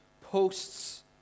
posts